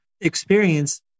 experience